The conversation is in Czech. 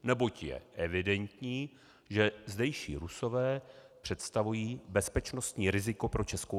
Neboť je evidentní, že zdejší Rusové představují bezpečnostní riziko pro ČR.